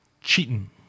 cheating